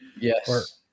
Yes